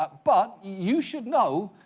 but but you should know,